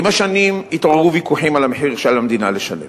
עם השנים התעוררו ויכוחים על המחיר שעל המדינה לשלם